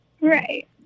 Right